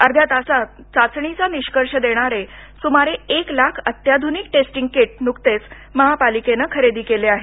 अर्ध्या तासात चाचणीचा निष्कर्ष देणारे सुमारे एक लाख अत्याधुनिक टेस्टिंग किट नुकतेच महापालिकेनं खरेदी केले आहेत